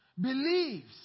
believes